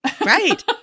Right